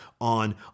on